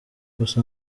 gusa